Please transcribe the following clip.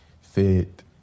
fit